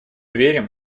верим